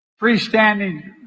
freestanding